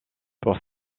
pour